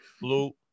Blue